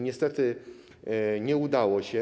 Niestety nie udało się.